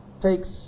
takes